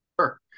sure